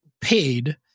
paid